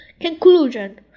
Conclusion